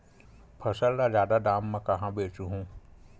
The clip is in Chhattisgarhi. फसल ल जादा दाम म कहां बेचहु?